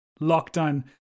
lockdown